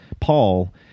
Paul